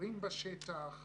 ביקורים בשטח,